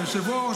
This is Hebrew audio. היושב-ראש,